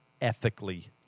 ethically